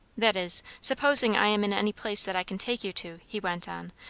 that is, supposing i am in any place that i can take you to, he went on,